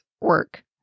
work